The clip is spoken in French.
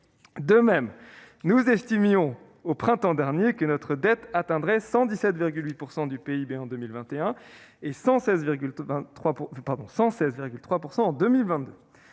De même, nous estimions, au printemps dernier, que notre dette atteindrait 117,8 % du PIB en 2021 et 116,3 % en 2022